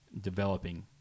developing